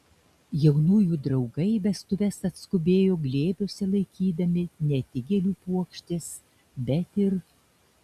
jaunųjų draugai į vestuves atskubėjo glėbiuose laikydami ne tik gėlių puokštes bet ir